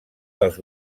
dels